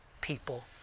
people